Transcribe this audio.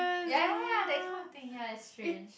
ya ya ya that kind of thing ya it's strange